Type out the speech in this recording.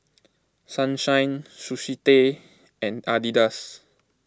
Sunshine Sushi Tei and Adidas